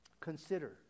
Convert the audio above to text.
Consider